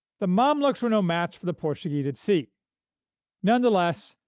the mamluks were no match for the portuguese at sea nonetheless,